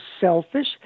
selfish